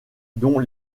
dont